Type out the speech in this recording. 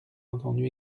entendu